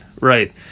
right